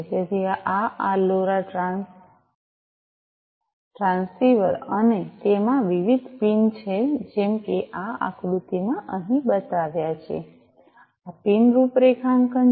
તેથી આ આ લોરા ટ્રાન્સસીવર છે અને તેમાં વિવિધ પિન છે જેમ કે આ આકૃતિમાં અહીં બતાવ્યા છે આ પિન રૂપરેખાંકન છે